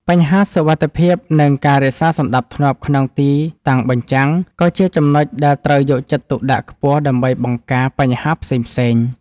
បញ្ហាសុវត្ថិភាព និងការរក្សាសណ្ដាប់ធ្នាប់ក្នុងទីតាំងបញ្ចាំង ក៏ជាចំណុចដែលត្រូវយកចិត្តទុកដាក់ខ្ពស់ដើម្បីបង្ការបញ្ហាផ្សេងៗ។